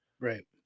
Right